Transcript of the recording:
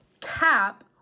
cap